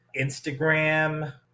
Instagram